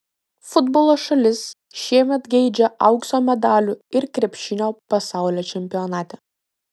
futbolo šalis šiemet geidžia aukso medalių ir krepšinio pasaulio čempionate